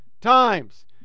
times